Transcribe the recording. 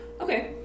okay